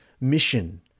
mission